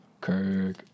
Kirk